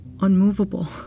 unmovable